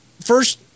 first